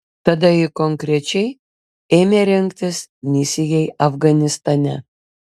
tada ji konkrečiai ėmė rengtis misijai afganistane